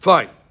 Fine